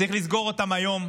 צריך לסגור אותם היום.